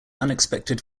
unexpected